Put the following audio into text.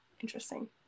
Interesting